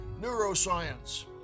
Neuroscience